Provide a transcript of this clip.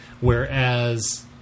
whereas